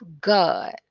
god